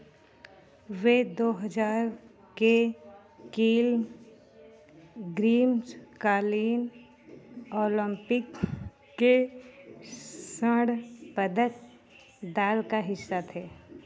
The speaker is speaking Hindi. वे दो हज़ार के की ग्रीष्मकालीन ओलंपिक के स्वर्ण पदक दल का हिस्सा थे